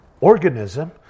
organism